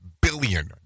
billion